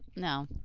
no.